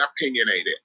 opinionated